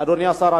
אדוני השר,